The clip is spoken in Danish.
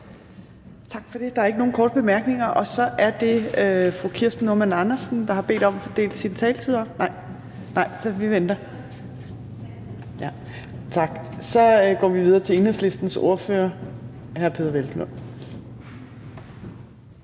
Tak for det. Der er ikke nogen korte bemærkninger, og så er det fru Kirsten Normann Andersen, der har bedt om at dele sin taletid op. Nej, vi venter. Så går vi videre til Enhedslistens ordfører, hr. Peder Hvelplund.